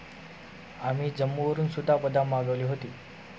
आम्ही जम्मूवरून सुद्धा बदाम मागवले होते